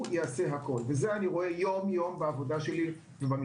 זה אני רואה יום-יום במקצוע שלי.